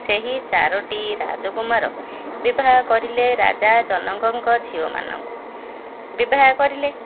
ସେହି ଚାରୋଟି ରାଜକୁମାର ବିବାହ କରିଲେ ରାଜା ଜନକଙ୍କ ଝିଅମାନଙ୍କୁ ବିବାହ କରିଲେ